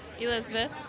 Elizabeth